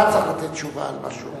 אתה צריך לתת תשובה על מה שהוא שאל.